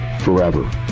forever